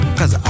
Cause